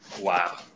Wow